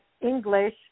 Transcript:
English